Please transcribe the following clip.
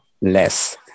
less